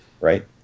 right